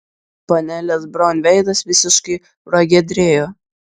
panelės braun veidas visiškai pragiedrėjo